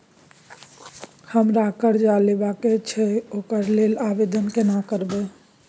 हमरा कर्जा लेबा के छै ओकरा लेल आवेदन केना करबै?